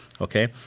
Okay